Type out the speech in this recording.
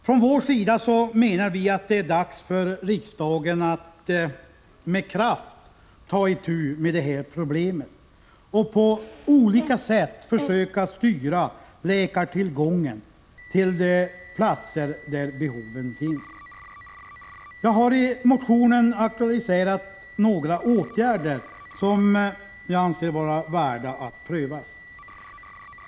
Från vår sida menar vi att det är dags för riksdagen att med kraft ta itu med det här problemet och på olika sätt försöka styra läkartillgången till de platser där behoven finns. Jag har i motionen aktualiserat några åtgärder som jag anser vara värda att prövas.